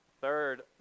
Third